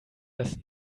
das